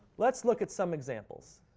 let's look at some examples.